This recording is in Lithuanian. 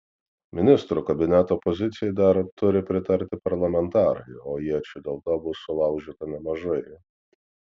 ministrų kabineto pozicijai dar turi pritarti parlamentarai o iečių dėl to bus sulaužyta nemažai